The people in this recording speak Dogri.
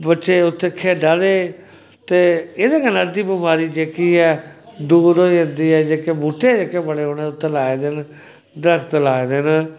बच्चे उत्थै खेढा दे ते एह्दे कन्नै अद्धी बमारी जेह्की ऐ दूर होई जंदी ऐ जेह्के बूह्टे जेह्के बड़े उ'नें उत्थै लाए दे न दरख्त लाए दे न